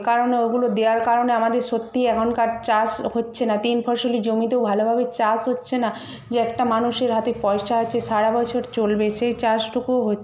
কারণ ওগুলো দেওয়ার কারণে আমাদের সত্যিই এখনকার চাষ হচ্ছে না তিন ফসলি জমিতেও ভালোভাবে চাষ হচ্ছে না যে একটা মানুষের হাতে পয়সা আছে সারা বছর চলবে সেই চাষটুকু হচ